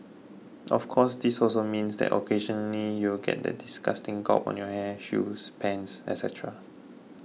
of course this also means that occasionally you'll get that disgusting gob on your hair shoes pants etcetera